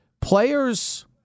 players